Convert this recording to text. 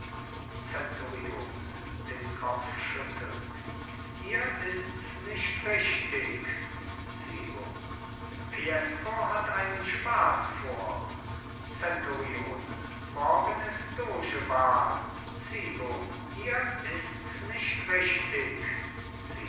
zenturione den kopf schüttelnd hier ists nicht richtig zibo fiesco hat einen spaß vor zenturione morgen ist dogewahl zibo hier ists nicht richtig